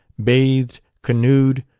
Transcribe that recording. bathed, canoed,